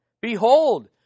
Behold